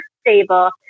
stable